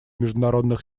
международных